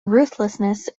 ruthlessness